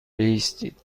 بایستید